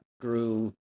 grew